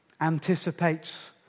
anticipates